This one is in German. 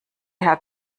herr